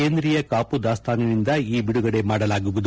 ಕೇಂದ್ರೀಯ ಕಾಪು ದಾಸ್ತಾನಿನಿಂದ ಈ ಬಿಡುಗಡೆ ಮಾಡಲಾಗುವುದು